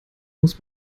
muss